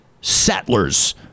settlers